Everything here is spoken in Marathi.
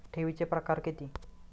ठेवीचे प्रकार किती?